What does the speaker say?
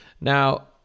now